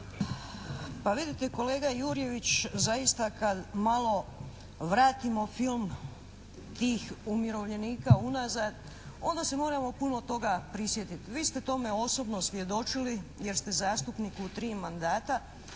Pa vidite kolega Jurjević zaista kad malo vratimo film tih umirovljenika unazad onda se moramo puno toga prisjetiti. Vi ste tome osobno svjedočili jer ste zastupnik u tri mandata